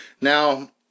Now